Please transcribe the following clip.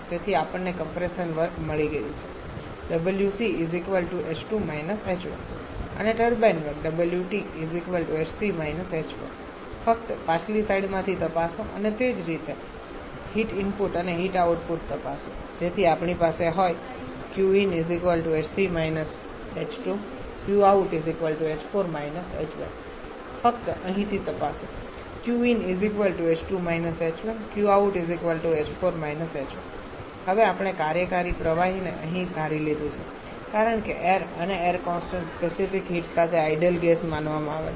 તેથી આપણને compressor work મળી ગયું છે wc h2 − h1 અને ટર્બાઇન વર્ક ફક્ત પાછલી સ્લાઇડમાંથી તપાસો અને તે જ રીતે હીટ ઇનપુટ અને હીટ આઉટપુટ તપાસો જેથી આપણી પાસે હોય ફક્ત અહીંથી તપાસો હવે આપણે કાર્યકારી પ્રવાહીને અહીં ધારી લીધું છે કારણ કે એઈર અને એઈરકોન્સટંટ સ્પેસિફીક હીટ સાથે આઇડલ ગેસ માનવામાં આવે છે